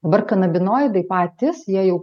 dabar kanabinoidai patys jie jau